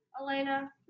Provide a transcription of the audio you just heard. Elena